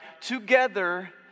together